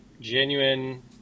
genuine